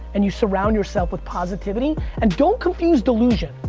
and you surround yourself with positivity, and don't confuse delusion,